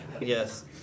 Yes